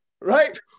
Right